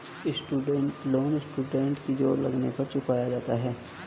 student loan students की job लगने पर चुकाया जाता है